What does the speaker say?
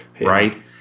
right